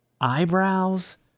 eyebrows